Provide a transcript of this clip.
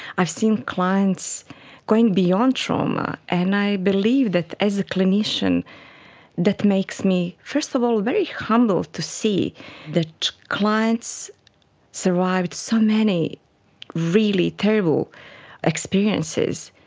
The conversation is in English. i've seen clients going beyond trauma, and i believe that as a clinician that makes me first of all very humble to see that clients survived so many really terrible experiences,